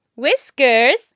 Whiskers